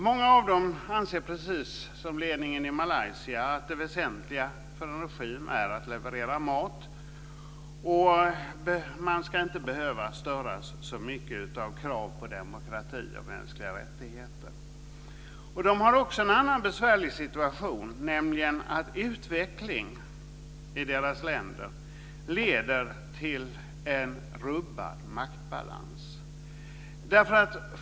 Många av dem anser, precis som ledningen i Malaysia, att det väsentliga för en regim är att leverera mat och att man inte ska behöva störas så mycket av krav på demokrati och mänskliga rättigheter. De har också en annan besvärlig situation, nämligen att utveckling i deras länder leder till en rubbad maktbalans.